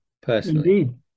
personally